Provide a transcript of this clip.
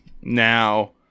now